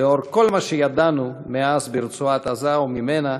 לנוכח כל מה שידענו מאז ברצועת-עזה וממנה,